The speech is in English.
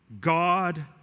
God